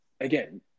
again